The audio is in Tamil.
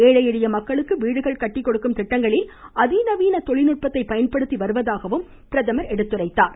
ஏழை எளிய மக்களுக்கு வீடுகள் கட்டிகொடுக்கும் திட்டங்களில் அதிநவீன தொழில்நுட்பத்தை பயன்படுத்தி வருவதாக பிரதமர் தெரிவித்தார்